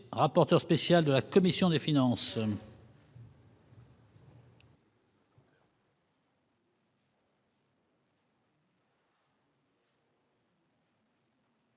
rapporteur spécial de la commission de finances,